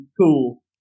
cool